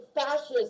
fascist